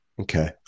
Okay